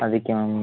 ಅದಕ್ಕೆ ಮ್ಯಾಮ್